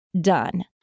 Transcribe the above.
done